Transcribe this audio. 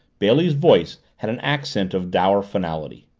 bailey's voice had an accent of dour finality.